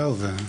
זהו.